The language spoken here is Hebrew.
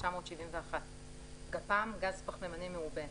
התשל"א-1971; "גפ"מ" גז פחמימני מעובה,